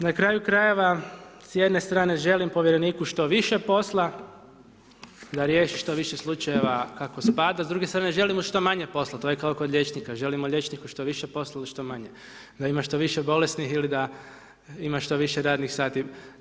Na kraju krajeva, s jedne strane želim povjereniku što više posla, da riješi što više slučajeva kako spada, s druge strane želim mu što manje posla, to je kao kod liječnika, želimo liječniku što više posla ili što manje, da ima što više bolesnih ili da ima što radnih sati.